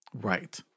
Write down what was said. Right